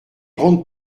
grandes